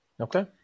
Okay